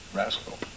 rascal